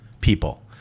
people